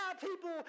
people